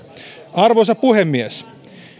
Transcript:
arvoisa puhemies